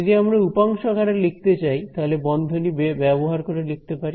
যদি আমরা উপাংশ আকারে লিখতে চাই তাহলে বন্ধনী ব্যবহার করে লিখতে পারি